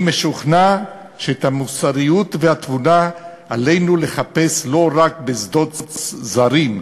אני משוכנע שאת המוסריות והתבונה עלינו לחפש לא רק בשדות זרים,